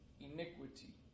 iniquity